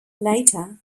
later